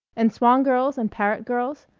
and swan girls and parrot girls.